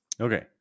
Okay